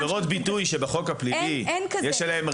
עבירות ביטוי שבחוק הפלילי יש עליהן רגישויות